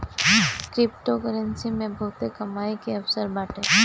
cryptocurrency मे बहुते कमाई के अवसर बाटे